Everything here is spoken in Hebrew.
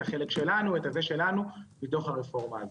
את החלק שלנו מתוך הרפורמה הזאת.